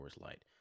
Light